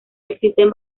existen